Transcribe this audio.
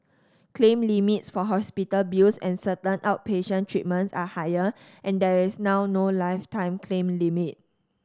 claim limits for hospital bills and certain outpatient treatments are higher and there is now no lifetime claim limit